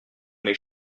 mes